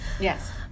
Yes